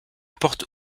porte